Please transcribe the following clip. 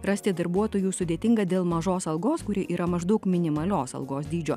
rasti darbuotojų sudėtinga dėl mažos algos kuri yra maždaug minimalios algos dydžio